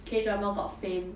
K drama got fame